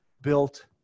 built